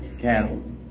cattle